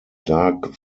dark